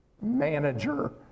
manager